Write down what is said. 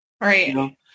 Right